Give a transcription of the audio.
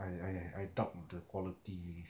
I I I doubt the quality already